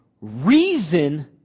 reason